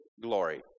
glory